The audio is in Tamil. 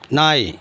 நாய்